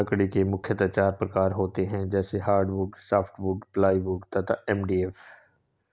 लकड़ी के मुख्यतः चार प्रकार होते हैं जैसे हार्डवुड, सॉफ्टवुड, प्लाईवुड तथा एम.डी.एफ